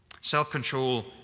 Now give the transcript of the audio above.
Self-control